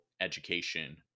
education